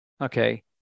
Okay